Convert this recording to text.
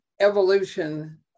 evolution